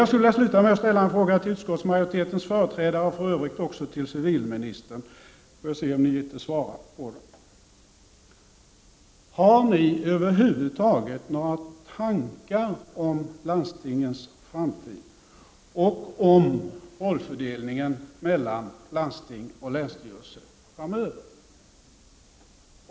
Jag vill avsluta med att ställa en fråga till utskottsmajoritetens företrädare och för övrigt också till civilministern: Har ni några tankar om landstingens framtid och om rollfördelningen framöver mellan landsting och länsstyrelser?